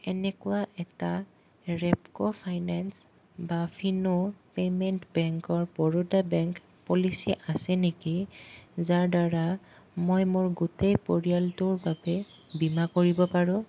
এনেকুৱা এটা ৰেপকো ফাইনেন্স বা ফিন' পে'মেণ্ট বেংকৰ বৰোদা বেংক পলিচী আছে নেকি যাৰ দ্বাৰা মই মোৰ গোটেই পৰিয়ালটোৰ বাবে বীমা কৰিব পাৰোঁ